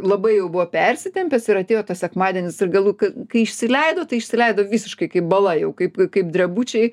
labai jau buvo persitempęs ir atėjo tas sekmadienis ir galų kai išsileido tai išsileido visiškai kaip bala jau kaip kaip drebučiai